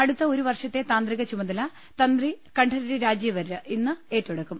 അടുത്ത ഒരു വർഷത്തെ താന്ത്രിക ചുമതല് തന്ത്രി കണ്ഠരര് രാജീവര് ഇന്ന് ഏറ്റെ ടുക്കും